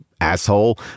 asshole